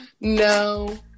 No